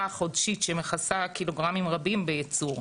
החודשית שמכסה קילוגרמים רבים בייצור.